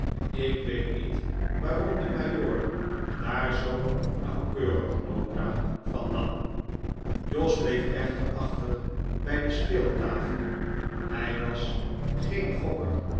ik weet niet waarom de majoor daar zoo nauwkeurig nota van nam jos bleef echter achter bij de speeltafel hij was geen gokker